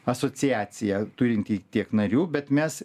asociacija turinti tiek narių bet mes